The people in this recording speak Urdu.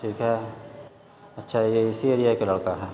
ٹھیک ہے اچھا یہ اسی ایریا کے لڑکا ہے